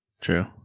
True